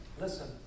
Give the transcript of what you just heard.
listen